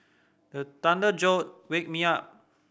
the thunder jolt wake me up